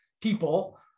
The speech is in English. people